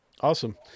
Awesome